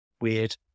weird